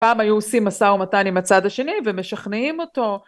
פעם היו עושים משא ומתן עם הצד השני ומשכנעים אותו.